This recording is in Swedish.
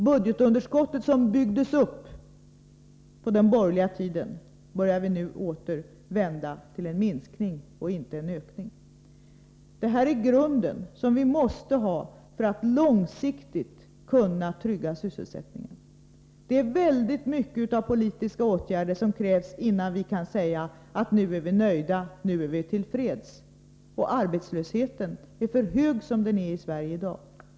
Budgetunderskottet, som byggdes upp på den borgerliga tiden, börjar vi åter vända till en minskning i stället för en ökning. Detta är den grund som vi måste ha för att långsiktigt kunna trygga sysselsättningen. Det är många politiska åtgärder som krävs innan vi kan säga att nu är vi nöjda, nu är vi till freds. Arbetslösheten är för stor som den är i Sverige i dag.